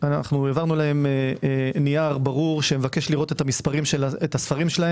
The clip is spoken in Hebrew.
העברנו להם נייר ברור שמבקש לראות את המספרים שלהם.